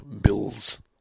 bills